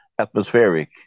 atmospheric